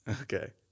Okay